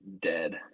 dead